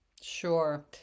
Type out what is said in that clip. Sure